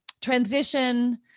transition